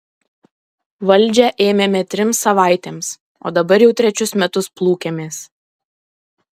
valdžią ėmėme trims savaitėms o dabar jau trečius metus plūkiamės